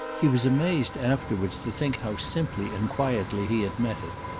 he was amazed afterwards to think how simply and quietly he had met it.